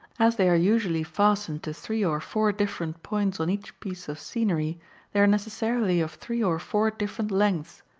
as they are usually fastened to three or four different points on each piece of scenery they are necessarily of three or four different lengths,